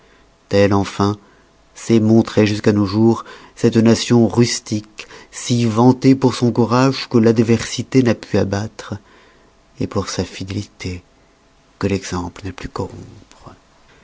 telle enfin s'est montrée jusqu'à nos jours cette nation rustique si vantée pour son courage que l'adversité n'a pu abattre pour sa fidélité que l'exemple n'a pu corrompre